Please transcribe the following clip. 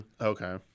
Okay